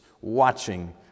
watching